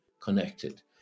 connected